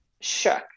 shook